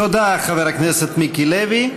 תודה, חבר הכנסת מיקי לוי.